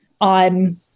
on